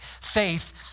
Faith